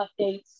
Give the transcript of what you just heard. updates